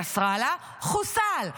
נסראללה חוסל.